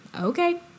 okay